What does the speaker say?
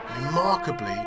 Remarkably